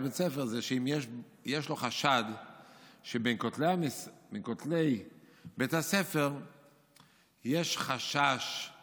בית ספר זה אם יש לו חשד שבין כותלי בית הספר יש חשש